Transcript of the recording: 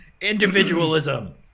Individualism